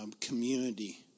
community